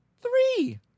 Three